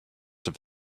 have